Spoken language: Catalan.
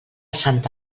santa